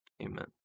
Amen